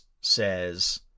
says